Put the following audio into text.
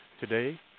today